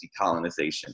decolonization